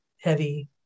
heavy